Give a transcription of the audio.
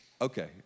okay